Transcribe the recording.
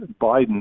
Biden